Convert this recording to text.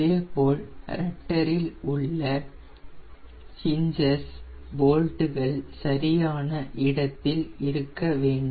அதேபோல் ரட்டரில் உள்ள ஹின்ஜெசின் போல்ட்கள் சரியான இடத்தில் இருக்கவேண்டும்